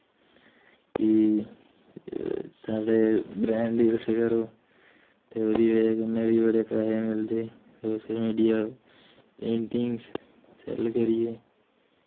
कि साढ़ै ब्रैंड करो ते ओह्दी बजह् कन्नै बी बड़े पैहे मिलदे सोशल मीडिया पर पेंटिंग्स सैल्ल करियै